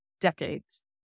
decades